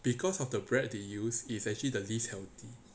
because of the bread they use is actually the least healthy